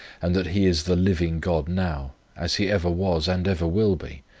and that he is the living god now, as he ever was and ever will be,